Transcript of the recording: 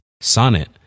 Sonnet